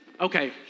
Okay